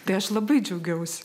tai aš labai džiaugiausi